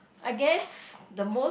I guess the most